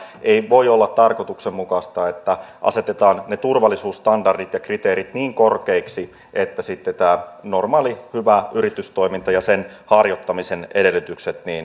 ei voi olla tarkoituksenmukaista että asetetaan ne turvallisuusstandardit ja kriteerit niin korkeiksi että sitten tämä normaali hyvä yritystoiminta ja sen harjoittamisen edellytykset